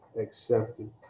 accepted